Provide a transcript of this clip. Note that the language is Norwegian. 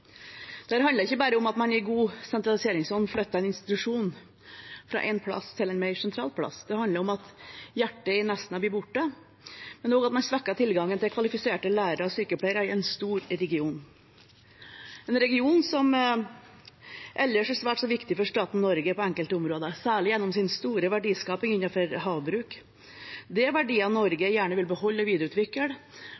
Det handler om at hjertet i Nesna blir borte, men også at man svekker tilgangen til kvalifiserte lærere og sykepleiere i en stor region, en region som ellers er svært så viktig for staten Norge på enkelte områder, særlig gjennom sin store verdiskaping innenfor havbruk. Det er verdier Norge